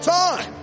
time